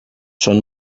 són